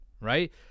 right